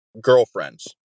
girlfriends